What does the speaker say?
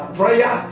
prayer